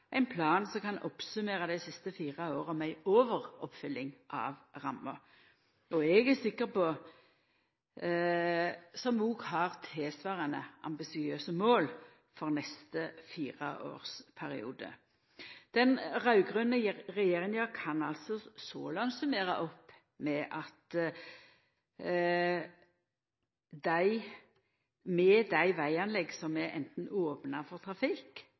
ein plan som kan summera opp dei siste fire åra som ei overoppfylling av ramma, og som òg har tilsvarande ambisiøse mål for neste fireårsperiode. Den raud-grøne regjeringa kan altså så langt summera opp med at med dei veganlegga som enten er opna for trafikk,